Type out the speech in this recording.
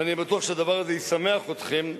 ואני בטוח שהדבר הזה ישמח אתכם,